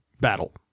battle